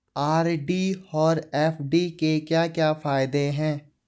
RD और FD के क्या क्या फायदे हैं?